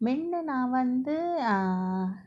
மென்ன நா வந்து:menna na vanthu err